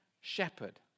shepherd